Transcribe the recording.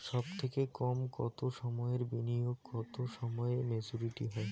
সবথেকে কম কতো সময়ের বিনিয়োগে কতো সময়ে মেচুরিটি হয়?